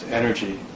energy